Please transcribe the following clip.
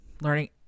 learning